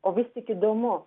o vis tik įdomu